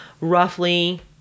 roughly